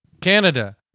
Canada